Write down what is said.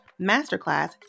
masterclass